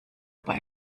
aber